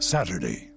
Saturday